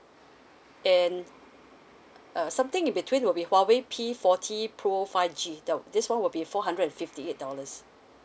and uh something in between will be Huawei P forty pro five G now this one will be four hundred and fifty eight dollars